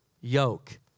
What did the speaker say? yoke